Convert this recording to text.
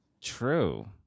true